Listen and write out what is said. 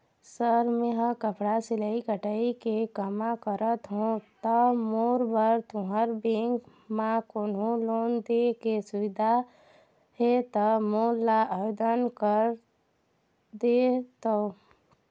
Sir मेहर कपड़ा सिलाई कटाई के कमा करत हों ता मोर बर तुंहर बैंक म कोन्हों लोन दे के सुविधा हे ता मोर ला आवेदन कर देतव?